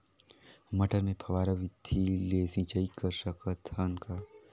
मटर मे फव्वारा विधि ले सिंचाई कर सकत हन का?